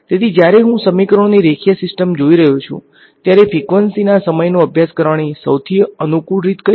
તેથી જ્યારે હું સમીકરણોની રેખીય સીસ્ટમ જોઈ રહ્યો છું ત્યારે ફ્રીકવંસીના સમયનો અભ્યાસ કરવાની સૌથી અનુકૂળ રીત કઈ છે